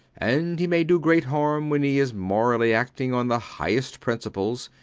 and he may do great harm when he is morally acting on the highest principles.